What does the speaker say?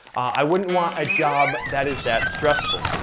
i wouldn't want a job that is that stressful.